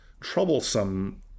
troublesome